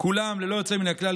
כולם ללא יוצא מן הכלל,